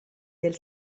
del